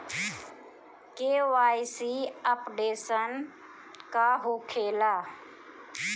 KYC updation का होखेला?